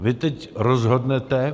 Vy teď rozhodnete...